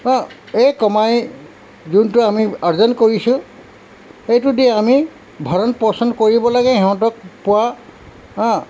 এই কমাই যোনটো আমি অৰ্জন কৰিছোঁ সেইটো দি আমি ভাৰণ পোষণ কৰিব লাগে সিহঁতক পোৱা